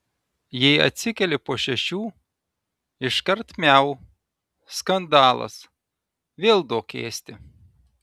jei atsikeli po šešių iškart miau skandalas vėl duok ėsti